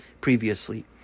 previously